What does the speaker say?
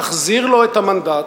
תחזיר לו את המנדט,